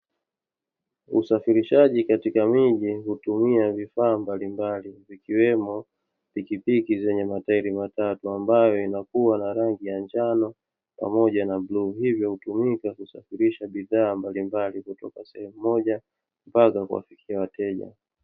Usafirishaji katika miji hutumia vifaa mbalimbali, zikiwemo pikipiki zenye matairi matatu ambayo inakuwa na rangi ya njano pamoja na bluu, hivyo hutumika kusafirisha bidhaa mbalimbali kutoka sehemu moja, mpaka kuwafikia wateja.